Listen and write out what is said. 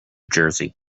jersey